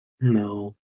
No